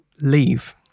leave